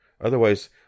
otherwise